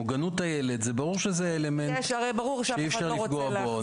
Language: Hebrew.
מוגנות הילד זה אלמנט שאי אפשר לפגוע בו.